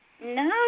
No